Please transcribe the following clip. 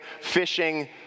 fishing